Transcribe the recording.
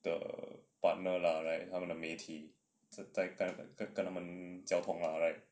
the partner lah right 他们的媒体在在跟他们交通 lah right